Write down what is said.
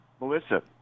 Melissa